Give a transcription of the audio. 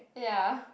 ya